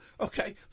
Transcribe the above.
okay